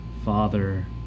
Father